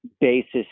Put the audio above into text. basis